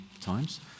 times